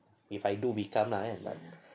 if I do become lah